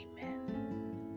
amen